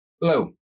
Hello